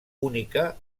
única